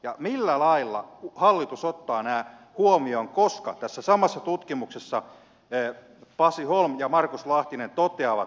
ja millä lailla hallitus ottaa nämä huomioon koska tässä samassa tutkimuksessa pasi holm ja markus lahtinen toteavat